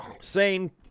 Sane